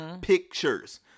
pictures